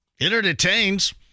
entertains